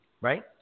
right